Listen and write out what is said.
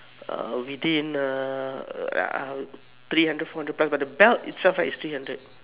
uh between uh three hundred four hundred belt itself right is three hundred